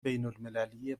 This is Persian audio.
بینالمللی